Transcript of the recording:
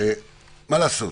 מה לעשות?